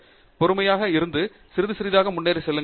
பானிகுமார் பொறுமையாக இருங்கள் சிறிது சிறிதாக முன்னேறி செல்லுங்கள்